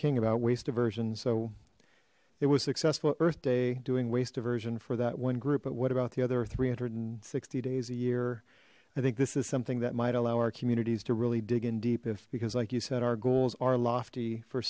king about waste diversion so it was successful earth day doing waste diversion for that one group but what about the other three hundred and sixty days a year i think this is something that might allow our communities to really dig in deep if because like you said our goals are lofty for